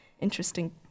interesting